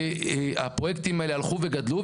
והפרויקטים האלה הלכו וגדלו,